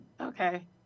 Okay